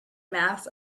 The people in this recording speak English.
mass